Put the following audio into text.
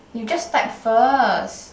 you just type first